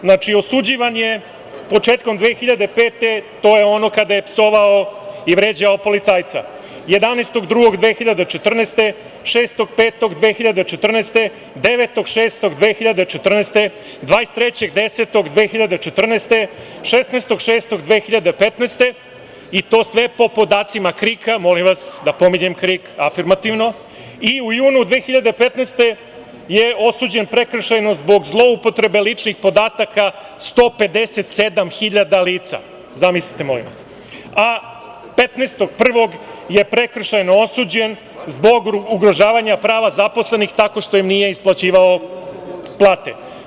Znači, osuđivan je početkom 2005. godine, to je ono kada je psovao i vređao policajca, 11.02.2014, 06.05.2014, 09.06.2014, 23.10.2014, 16.06.2015. i to sve po podacima KRIK-a, molim vas, napominjem KRIK afirmativno i u junu 2015. je osuđen prekršajno zbog zloupotrebe ličnih podataka 157.000 lica, zamislite, molim vas, a 15.01. je prekršajno osuđen zbog ugrožavanja prava zaposlenih, tako što im nije isplaćivao plate.